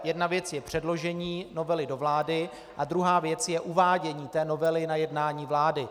Jedna věc je předložení novely do vlády a druhá věc je uvádění novely na jednání vlády.